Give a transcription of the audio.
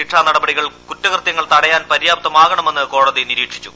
ശിക്ഷാ നടപടികൾ കുറ്റകൃത്യങ്ങൾ തടയാൻ പര്യാപ്തമാകണമെന്ന് കോടതി നിരീക്ഷിച്ചു